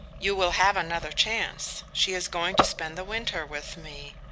you will have another chance she is going to spend the winter with me.